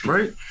Right